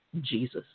Jesus